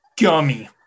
Gummy